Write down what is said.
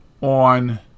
on